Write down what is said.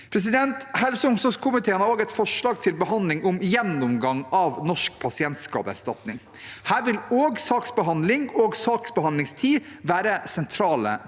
praksis. Helse- og omsorgskomiteen har også et forslag til behandling om gjennomgang av Norsk pasientskadeerstatning. Her vil også saksbehandling og saksbehandlingstid være sentrale tema.